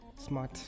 smart